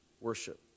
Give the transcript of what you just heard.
worship